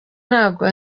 ntabwo